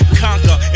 conquer